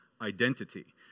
identity